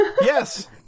Yes